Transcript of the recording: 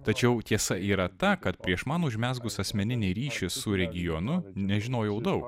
tačiau tiesa yra ta kad prieš man užmezgus asmeninį ryšį su regionu nežinojau daug